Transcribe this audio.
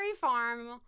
farm